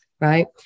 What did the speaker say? right